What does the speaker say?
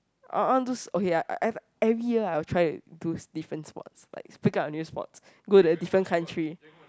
I I wanna do s~ okay ah I I every year I'll try to do different sports like pick up a new sports go the different country